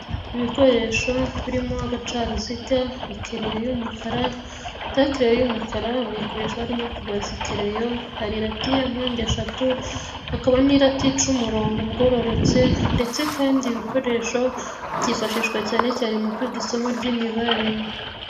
Ibikoresho birimo agacaziga, ikereyo y'umukara takereyo, y'umukara bayikoresha barimo kubaza ikerereyo hari irati ya mpande eshatu hakaba n'irati ica umurongo ugororotse ndetse kandi ibikoresho byifashishwa cyanecyane mu kwiga isomo ry'imibare.